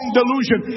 delusion